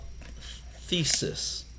thesis